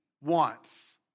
wants